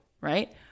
Right